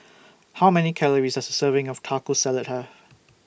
How Many Calories Does A Serving of Taco Salad Have